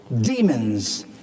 demons